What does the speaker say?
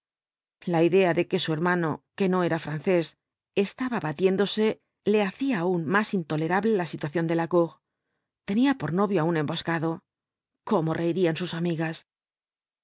la idea de que su hermano que no era francés estaba batiéndose le hacía aun más intolerable la situación de lacour tenía por novio á un emboscado cómo reirían sus amigas